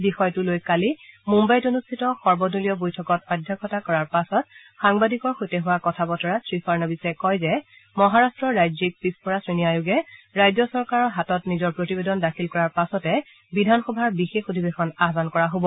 বিষয়টো লৈ কালি মুম্বাইত অনুষ্ঠিত সৰ্বদলীয় বৈঠকত অধ্যক্ষতা কৰাৰ পাছত সাংবাদিকৰ সৈতে হোৱা কথা বতৰাত শ্ৰী ফাড়নবিশে কয় যে মহাৰট্ট ৰাজ্যিক পিছপৰা শ্ৰেণী আয়োগে ৰাজ্য চৰকাৰ হাতত নিজৰ প্ৰতিবেদন দাখিল কৰাৰ পাছতে বিধানসভাৰ বিশেষ অধিৱেশন আহান কৰা হ'ব